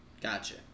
gotcha